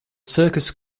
circus